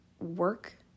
work